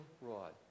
rod